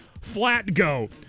Flatgo